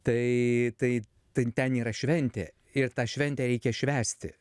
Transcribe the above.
tai tai tai ten yra šventė ir tą šventę reikia švęsti